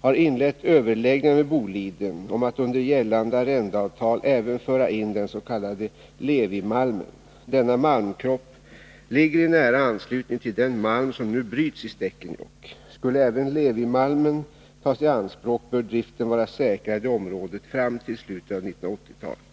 har inlett överläggningar med Boliden om att under gällande arrendeavtal även föra in den s.k. Levi-malmen. Denna malmkropp ligger i nära anslutning till den malm som nu bryts i Stekenjokk. Skulle även Levimalmen tas i anspråk bör driften vara säkrad i området fram till slutet av 1980-talet.